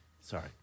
Sorry